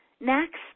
Next